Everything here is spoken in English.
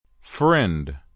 Friend